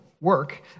work